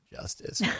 justice